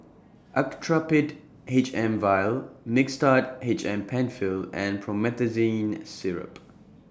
Actrapid H M Vial Mixtard H M PenFill and Promethazine Syrup